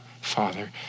Father